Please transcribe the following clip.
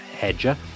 Hedger